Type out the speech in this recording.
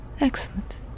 Excellent